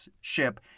ship